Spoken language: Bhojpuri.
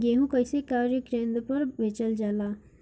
गेहू कैसे क्रय केन्द्र पर बेचल जाला?